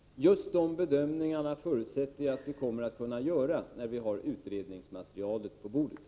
Herr talman! Just de bedömningarna förutsätter jag att vi kommer att kunna göra när vi har utredningsmaterialet på bordet.